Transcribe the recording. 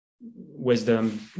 wisdom